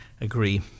agree